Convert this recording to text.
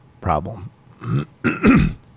problem